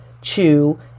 chew